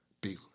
big